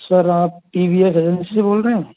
sir आप T V S agency से बोल रहे हैं